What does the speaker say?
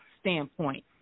standpoint